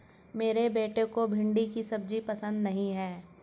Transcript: मेरे बेटे को भिंडी की सब्जी पसंद नहीं है